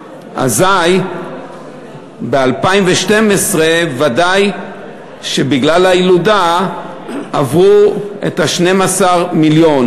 אזי ב-2012 ודאי שבגלל הילודה עברו את 12 המיליון.